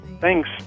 Thanks